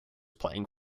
playing